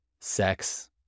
sex